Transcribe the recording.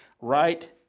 right